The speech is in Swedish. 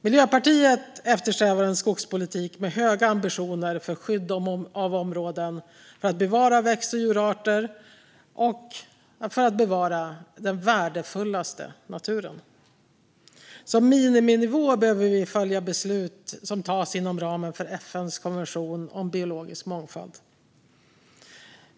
Miljöpartiet eftersträvar en skogspolitik med höga ambitioner för skydd av områden, för att bevara växt och djurarter och för att bevara den mest värdefulla naturen. Som miniminivå behöver vi följa beslut som tas inom ramen för FN:s konvention om biologisk mångfald.